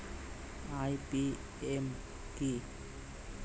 IPM কি?